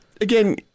again